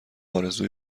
آرزوی